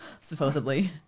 Supposedly